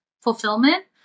fulfillment